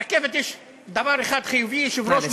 ברכבת יש דבר אחד חיובי, נא לסיים, אדוני.